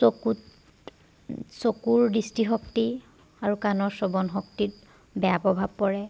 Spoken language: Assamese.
চকুত চকুৰ দৃষ্টিশক্তি আৰু কাণৰ শ্ৰৱণ শক্তিত বেয়া প্ৰভাৱ পৰে